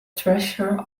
treasurer